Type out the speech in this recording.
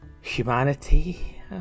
Humanity